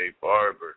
barber